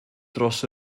dros